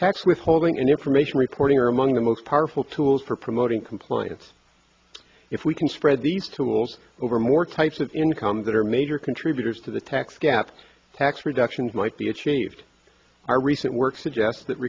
tax withholding and information reporting are among the most powerful tools for promoting compliance if we can spread these tools over more types of income that are major contributors to the tax gap tax reductions might be achieved our recent work